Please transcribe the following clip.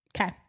okay